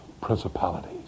principalities